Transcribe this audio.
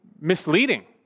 misleading